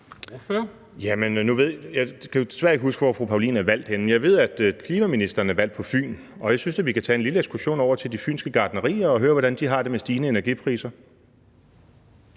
Jeg kan desværre ikke huske, hvor fru Anne Paulin er valgt henne, men jeg ved, at klimaministeren er valgt på Fyn, og jeg synes da, vi skal tage en lille ekskursion over til de fynske gartnerier og høre, hvordan de har det med stigende energipriser.